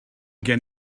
gen